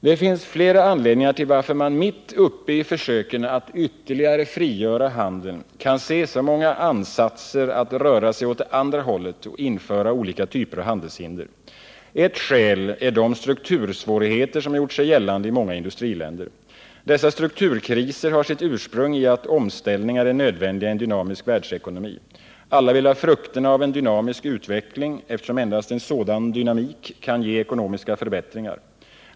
Det finns flera anledningar till att man mitt uppe i försöken att ytterligare frigöra handeln kan se så många ansatser till att röra sig åt det andra hållet och införa olika typer av handelshinder. Ett skäl är de struktursvårigheter som gjort sig gällande i många industriländer. Dessa strukturkriser har sitt ursprung i att omställningar är nödvändiga i en dynamisk världsekonomi. Alla vill ha frukterna av en dynamisk utveckling, eftersom endast en sådan dynamik kan ge ekonomiska förbättringar.